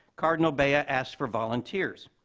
cardinal bea ah asked for volunteers.